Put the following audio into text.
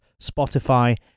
Spotify